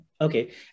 Okay